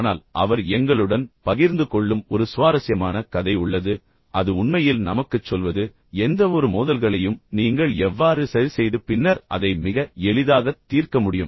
ஆனால் அவர் எங்களுடன் பகிர்ந்து கொள்ளும் ஒரு சுவாரஸ்யமான கதை உள்ளது அது உண்மையில் நமக்குச் சொல்வது எந்தவொரு மோதல்களையும் நீங்கள் எவ்வாறு சரிசெய்து பின்னர் அதை மிக எளிதாக தீர்க்க முடியும்